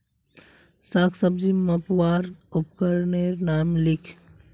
साग सब्जी मपवार उपकरनेर नाम लिख?